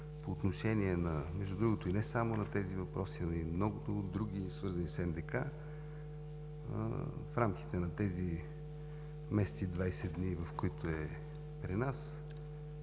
забележки между другото и не само на тези въпроси, но и на много други, свързани с НДК в рамките на тези месец и 20 дни, в които е при нас,